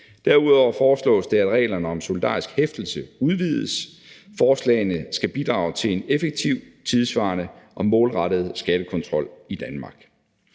Derudover foreslås det, at reglerne om solidarisk hæftelse udvides. Forslagene skal bidrage til en effektiv, tidssvarende og målrettet skattekontrol i Danmark.